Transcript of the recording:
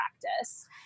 practice